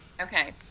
Okay